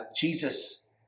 Jesus